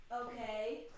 Okay